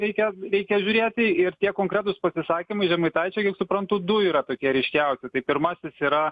reikia reikia žiūrėti ir tie konkretūs pasisakymai žemaitaičio kiek suprantu du yra tokie ryškiausi tai pirmasis yra